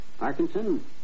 Arkansas